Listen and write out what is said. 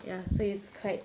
ya so it's quite